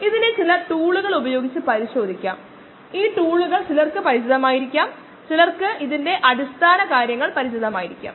അത്തരമൊരു ഡാറ്റയുമായി പ്രവർത്തിക്കുമ്പോൾ ഓരോ സമയ ഇടവേളയ്ക്കും ശരാശരി വേഗത കണക്കാക്കാം